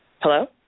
Hello